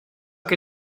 que